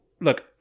look